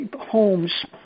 homes